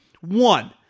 One